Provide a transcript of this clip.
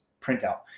printout